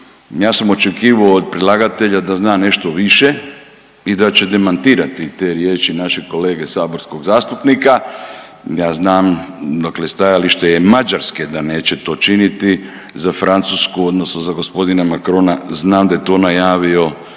Ja sam očekivao od predlagatelja da zna nešto više i da će demantirati te riječi našeg kolege saborskog zastupnika. Ja znam, dakle stajalište je Mađarske da neće to činiti za Francusku, odnosno za gospodina Macrona, znam da je to najavio